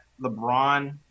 LeBron